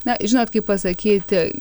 na žinot kaip pasakyti